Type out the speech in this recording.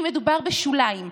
אם מדובר בשוליים,